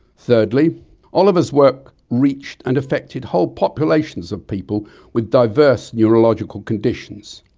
thirdly oliver's work reached and affected whole, populations of people with diverse neurological conditions.